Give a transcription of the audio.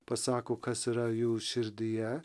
pasako kas yra jų širdyje